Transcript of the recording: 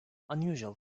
unusual